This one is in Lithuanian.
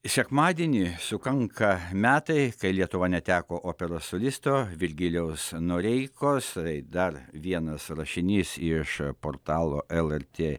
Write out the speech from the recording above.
sekmadienį sukanka metai kai lietuva neteko operos solisto virgilijaus noreikos tai dar vienas rašinys iš portalo lrt